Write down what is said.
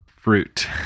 fruit